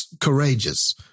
courageous